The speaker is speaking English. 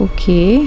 Okay